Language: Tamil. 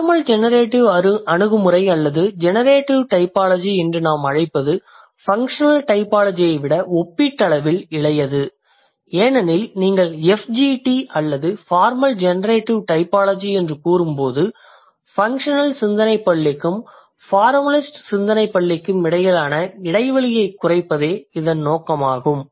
ஃபார்மல் ஜெனரேட்டிவ் அணுகுமுறை அல்லது ஜெனரேட்டிவ் டைபாலஜி என்று நாம் அழைப்பது ஃப்ன்க்ஷனல் டைபாலஜியைவிட ஒப்பீட்டளவில் இளையது ஏனெனில் நீங்கள் FGT அல்லது ஃபார்மல் ஜெனரேடிவ் டைபாலஜி என்று கூறும்போது ஃப்ன்க்ஷனல் சிந்தனைப் பள்ளிக்கும் ஃபார்மலிஸ்ட் சிந்தனைப் பள்ளிக்கும் இடையிலான இடைவெளியைக் குறைப்பதே இதன் நோக்கமாகும்